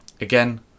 Again